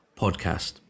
podcast